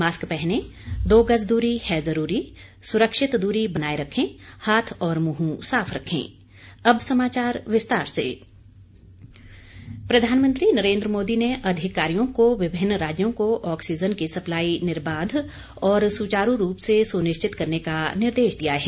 mask पहनें दो गज दूरी है जरूरी सुरक्षित दूरी बनाये रखें हाथ और मुंह साफ रखें और अब समाचार विस्तार से पीएम ऑक्सीजन सप्लाई प्रधानमंत्री नरेंद्र मोदी ने अधिकारियों को विभिन्न राज्यों को ऑक्सीजन की सप्लाई निर्बाध और सुचारू रूप से सुनिश्चित करने का निर्देश दिया है